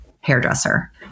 hairdresser